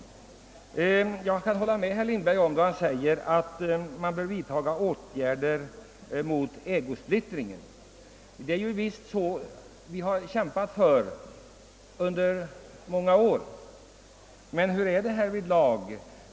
Jag kan hålla med herr Lindberg då han säger att man bör vidta åtgärder mot ägosplittringen. Vi inom centerpartiet har under många år kämpat för detta. Men hur är det?